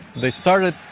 they started